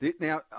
Now